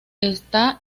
está